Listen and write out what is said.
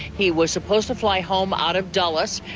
he was supposed to fly home out of dulles,